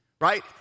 right